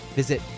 visit